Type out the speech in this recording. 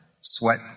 Sweat